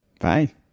Bye